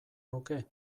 nuke